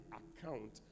account